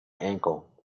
ankle